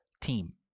team